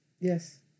Yes